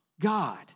God